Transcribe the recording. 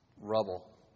rubble